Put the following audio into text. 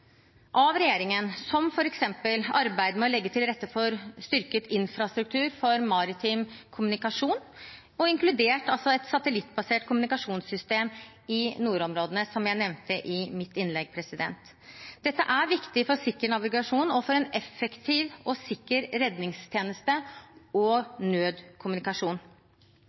av regjeringen, som f.eks. arbeidet med å legge til rette for styrket infrastruktur for maritim kommunikasjon, inkludert et satellittbasert kommunikasjonssystem i nordområdene, som jeg nevnte i mitt innlegg. Dette er viktig for sikker navigasjon og for en effektiv og sikker redningstjeneste og nødkommunikasjon.